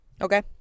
Okay